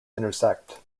intersect